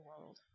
world